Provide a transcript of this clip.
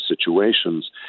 situations